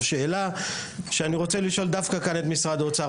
שאלה שאני רוצה לשאול דווקא כאן את משרד האוצר.